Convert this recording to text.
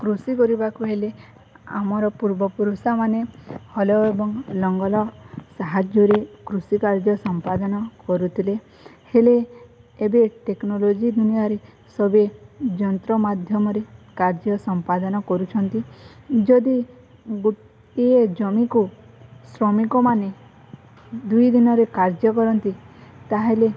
କୃଷି କରିବାକୁ ହେଲେ ଆମର ପୂର୍ବପୁରୁଷମାନେ ହଳ ଏବଂ ଲଙ୍ଗଳ ସାହାଯ୍ୟରେ କୃଷି କାର୍ଯ୍ୟ ସମ୍ପାଦନ କରୁଥିଲେ ହେଲେ ଏବେ ଟେକ୍ନୋଲୋଜି ଦୁନିଆରେ ସଭି ଯନ୍ତ୍ର ମାଧ୍ୟମରେ କାର୍ଯ୍ୟ ସମ୍ପାଦନ କରୁଛନ୍ତି ଯଦି ଗୋଟିଏ ଜମିକୁ ଶ୍ରମିକମାନେ ଦୁଇ ଦିନରେ କାର୍ଯ୍ୟ କରନ୍ତି ତାହେଲେ